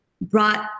brought